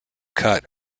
cut